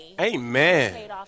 Amen